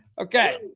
Okay